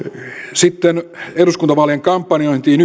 sitten eduskuntavaalien kampanjointiin